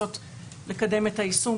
לנסות לקדם את היישום.